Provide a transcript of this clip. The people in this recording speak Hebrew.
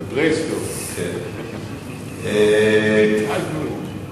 זה פרה-היסטוריה, "ביטלנו".